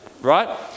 right